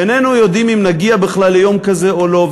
ואיננו יודעים אם נגיע בכלל ליום כזה או לא,